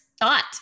thought